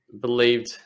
believed